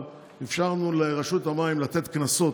אבל אפשרנו לרשות המים לתת קנסות,